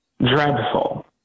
dreadful